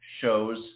shows